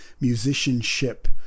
musicianship